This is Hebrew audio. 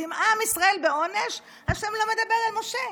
ואם עם ישראל בעונש ה' לא מדבר אל משה.